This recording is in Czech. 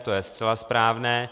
To je zcela správné.